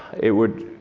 it would